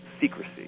secrecy